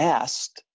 asked